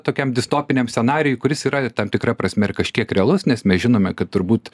tokiam distopijniam scenarijui kuris yra tam tikra prasme ir kažkiek realus nes mes žinome kad turbūt